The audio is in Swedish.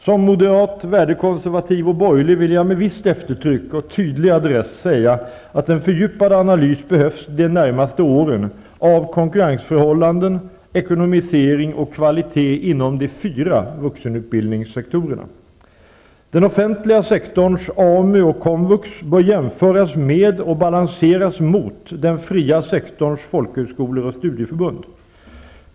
Som moderat, värdekonsevativ och borgerlig vill jag med visst eftertryck och tydlig adress säga att en fördjupad analys av konkurrensförhållanden, ekonomisering och kvaliteter inom de fyra vuxenutbildningssektorerna behövs de närmaste åren. Den offentliga sektorns AMU och komvux bör jämföras med, och balanseras mot, den fria sektorns folkhögskolor och studieförbund.